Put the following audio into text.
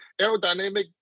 aerodynamic